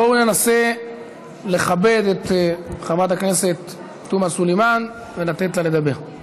בואו ננסה לכבד את חברת הכנסת תומא סלימאן ולתת לה לדבר.